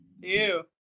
Ew